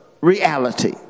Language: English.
reality